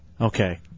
Okay